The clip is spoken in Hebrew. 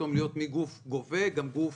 פתאום מלהיות מגוף גובה לגוף